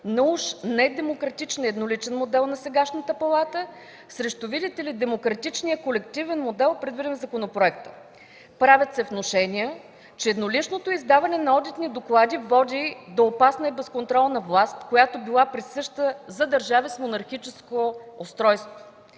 на уж недемократичния и едноличен модел на сегашната Палата срещу, видите ли, демократичния колективен модел, предвиден в законопроекта. Правят се внушения, че едноличното издаване на одитни доклади води до опасна и безконтролна власт, която била присъща за държави с монархическо устройство.